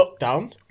lockdown